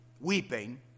weeping